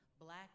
black